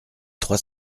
trois